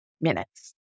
minutes